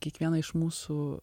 kiekvieną iš mūsų